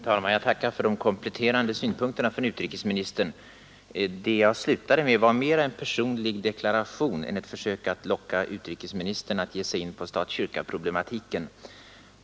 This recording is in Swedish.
Herr talman! Jag tackar för de kompletterande synpunkterna från utrikesministern. Det jag slutade med var mera en personlig deklaration än ett försök att locka utrikesministern in på stat—kyrka-problematiken.